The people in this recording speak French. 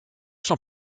son